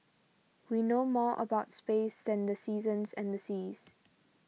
we know more about space than the seasons and the seas